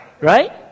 Right